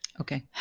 Okay